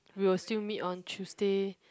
we'll still meet on Tuesday